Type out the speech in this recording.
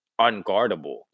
unguardable